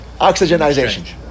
Oxygenization